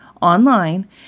online